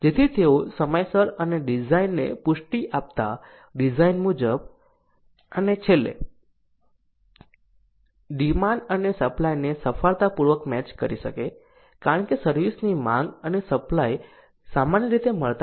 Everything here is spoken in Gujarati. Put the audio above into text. જેથી તેઓ સમયસર અને ડિઝાઈનને પુષ્ટિ આપતા ડિઝાઈન મુજબ અને છેલ્લે ડિમાન્ડ અને સપ્લાયને સફળતાપૂર્વક મેચ કરી શકે કારણ કે સર્વિસ ની માંગ અને સપ્લાય સામાન્ય રીતે મળતા નથી